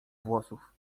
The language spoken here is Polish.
włosów